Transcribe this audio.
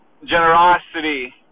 generosity